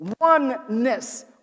oneness